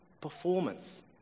performance